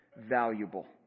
valuable